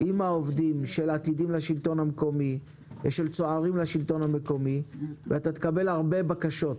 עם העובדים של "צוערים לשלטון המקומי" ואתה תקבל הרבה בקשות.